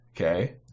Okay